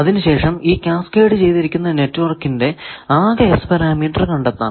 അതിന് ശേഷം ഈ കാസ്കേഡ് ചെയ്തിരിക്കുന്ന നെറ്റ്വർക്കിന്റെ ആകെ S പാരാമീറ്റർ കണ്ടെത്താം